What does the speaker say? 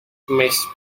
makes